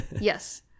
Yes